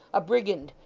a brigand,